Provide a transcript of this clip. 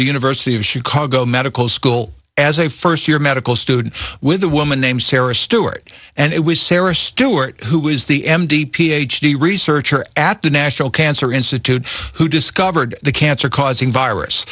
the university of chicago medical school as a first year medical student with a woman named sarah stewart and it was sarah stewart who was the m d ph d researcher at the national cancer institute who discovered the cancer causing virus